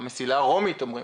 המסילה הרומית אומרים.